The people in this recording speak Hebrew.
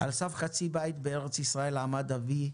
"על סף חצי בית בארץ ישראל עמד אבי,